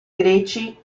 greci